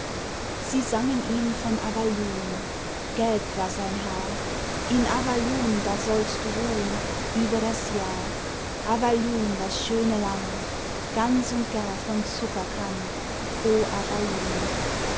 sie sangen ihm von avalun gelb war sein haar in avalun da sollst du ruh'n über das jahr avalun das schöne land ganz und gar von zuckerkand o